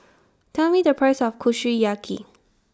Tell Me The Price of Kushiyaki